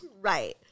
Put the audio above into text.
Right